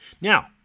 Now